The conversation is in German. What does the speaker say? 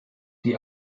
die